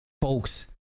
folks